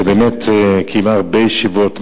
שבאמת קיימה הרבה ישיבות מעמיקות.